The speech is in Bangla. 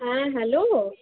হ্যাঁ হ্যালো